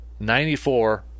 94